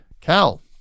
cal